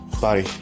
Body